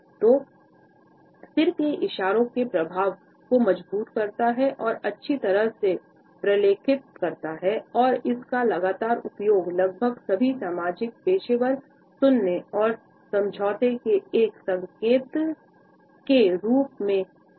तो सिर के इशारों के प्रभाव को मजबूत करता है और अच्छी तरह से प्रलेखित करता है और इसका लगातार उपयोग लगभग सभी सामाजिक पेशेवर सुनने और समझौते के एक संकेतक के रूप में किया जाता है